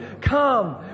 Come